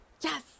Yes